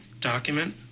document